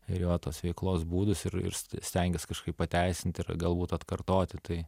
ir jo tos veiklos būdus ir ir stengias kažkaip pateisinti ir galbūt atkartoti tai